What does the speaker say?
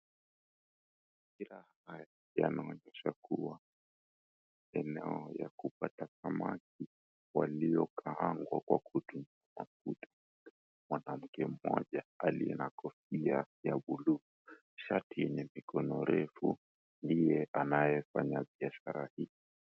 Mazingira yanaonesha kuwa ni eneo ya kupata samaki, waliokaangwa kwa kutumia mafuta. Mwanamke mmoja aliye na kofia ya buluu, shati yenye mikono refu, ndiye anayefanya biashara hii.